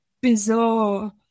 bizarre